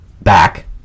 back